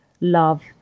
love